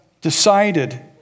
decided